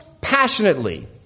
passionately